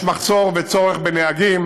יש מחסור וצורך בנהגים.